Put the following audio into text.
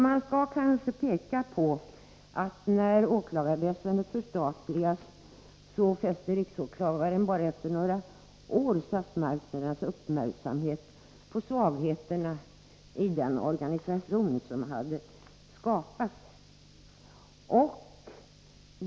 Man bör kanske peka på att sedan åklagarväsendet hade förstatligats fäste riksåklagaren efter endast några år statsmakternas uppmärksamhet på svagheterna i den organisation som hade skapats.